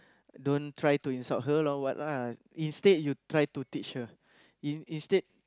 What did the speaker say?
don't try to insult her or what lah instead you try to teach her in instead